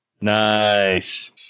Nice